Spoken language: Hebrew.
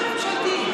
מה זה "בממשלתי"?